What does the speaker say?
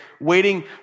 waiting